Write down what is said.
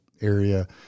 area